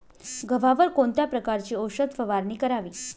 गव्हावर कोणत्या प्रकारची औषध फवारणी करावी?